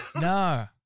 No